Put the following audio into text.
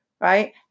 right